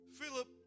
Philip